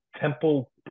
Temple